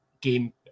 game